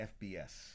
FBS